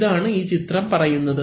ഇതാണ് ഈ ചിത്രം പറയുന്നത്